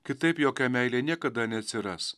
kitaip jokia meilė niekada neatsiras